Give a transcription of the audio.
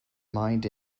mined